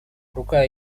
рука